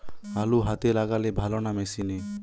আলু হাতে লাগালে ভালো না মেশিনে?